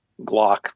Glock